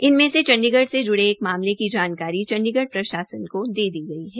इनमें से चण्डीगढ से जुड़े एक मामले की जानकारी चण्डीगढ प्रशासन को दी गई है